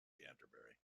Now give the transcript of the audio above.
canterbury